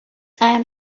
han